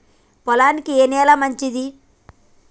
పొలానికి ఏ నేల మంచిది?